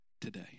today